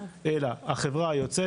אלא החברה יוצאת,